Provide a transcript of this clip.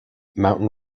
mountain